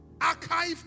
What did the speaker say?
Archive